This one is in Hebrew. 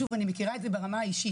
שוב אני מכירה את זה ברמה האישית,